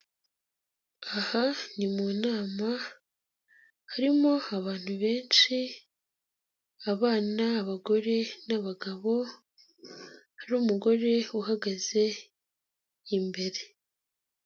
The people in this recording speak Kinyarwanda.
Aha ni mu nama, harimo abantu benshi abana, abagore n'abagabo, hari umugore uhagaze imbere.